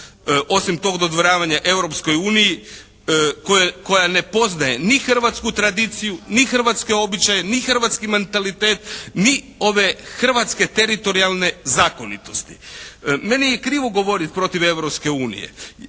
Osim tog dodvoravanja Europskoj uniji koja ne poznaje ni hrvatsku tradiciju, ni hrvatske običaje, ni hrvatski mentalitet ni ove hrvatske teritorijalne zakonitosti. Meni je krivo govoriti protiv